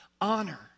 Honor